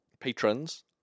Patrons